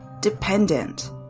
dependent